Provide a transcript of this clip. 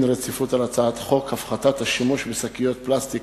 רציפות על הצעת חוק הפחתת השימוש בשקיות פלסטיק,